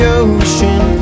ocean